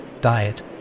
diet